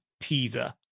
teaser